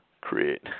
create